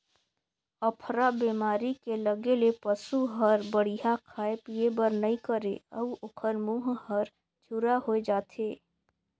अफरा बेमारी के लगे ले पसू हर बड़िहा खाए पिए बर नइ करे अउ ओखर मूंह हर झूरा होय जाथे